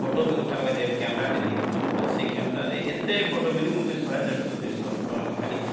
photo ବି ଉଠାଇବାକେ କ୍ୟାମରାଟେ ନେଇଥିଲୁ ଆର୍ ସେ କ୍ୟାମରାରେ ଏତେ ଫଟୋ ମିନିମମ୍ ବି ଶହେ ଦେଢ଼ଶହ ଦୁଇଶହ ଫଟୋ ଆମେ ଖାଲି